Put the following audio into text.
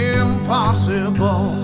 impossible